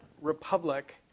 republic